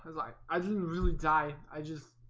like i didn't really die. i just